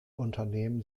unternehmen